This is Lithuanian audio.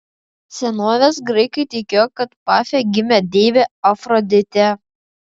senovės graikai tikėjo kad pafe gimė deivė afroditė